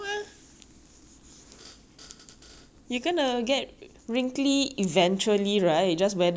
you gonna get wrinkly eventually right just whether got cute flowers on you only right